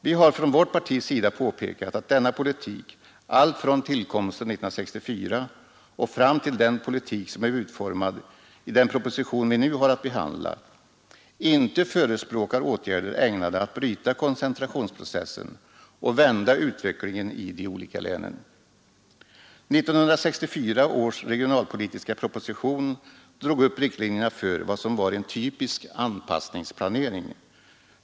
Vi har från vårt parti påpekat att denna politik alltifrån tillkomsten 1964 och fram till den politik som är utformad i den proposition vi nu har att behandla inte förespråkar åtgärder ägnade att bryta koncentrationsprocessen och vända utvecklingen i de olika länen. 1964 års regionalpolitiska proposition drog upp riktlinjerna för vad som var en typisk anpassningsplanering.